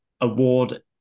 award